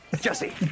Jesse